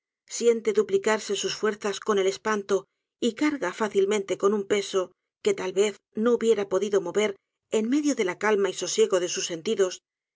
siente duplicarse sus fuerzas con el espanto y carga fácilmente con un peso que tal vez no hubiera podido mover en medio de la calma y sosiego de sus sentidos